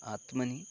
आत्मनि